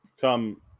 come